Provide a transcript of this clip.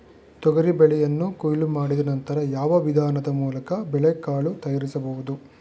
ತೊಗರಿ ಬೇಳೆಯನ್ನು ಕೊಯ್ಲು ಮಾಡಿದ ನಂತರ ಯಾವ ವಿಧಾನದ ಮೂಲಕ ಬೇಳೆಕಾಳು ತಯಾರಿಸಬಹುದು?